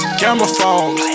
camouflage